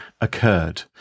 occurred